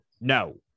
no